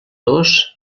dos